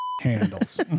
handles